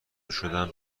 شدن